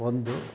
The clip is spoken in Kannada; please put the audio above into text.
ಒಂದು